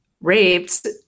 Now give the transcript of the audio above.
raped